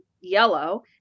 yellow